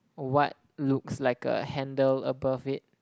what looks like a handle above it